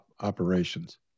operations